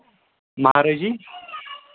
مہرٲجی